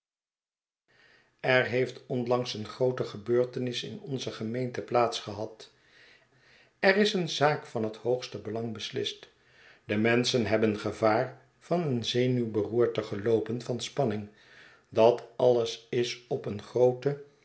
er heeft onlangs een groote gebeurtenis in onze gerneente plaats gehad er is een zaak van het hoogst belang beslist de menschen hebben gevaar van een zenuwberoerte geloopen van spanning dat alles is op een groote